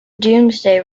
domesday